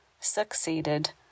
succeeded